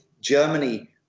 Germany